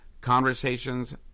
conversations